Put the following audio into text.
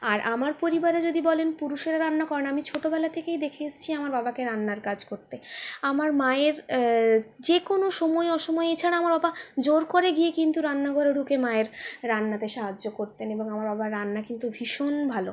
আর আমার পরিবারে যদি বলেন পুরুষেরা রান্না না আমি ছোটবেলা থেকেই দেখে এসেছি দেখে এসেছি আমার বাবাকে রান্নার কাজ করতে আমার মায়ের যে কোনো সময়ে অসময়ে এছাড়া আমার বাবা জোর করে গিয়ে কিন্তু রান্না ঘরে ঢুকে মায়ের রান্নাতে সাহায্য করতেন এবং আমার বাবার রান্না কিন্তু ভীষণ ভালো